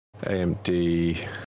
AMD